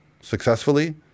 successfully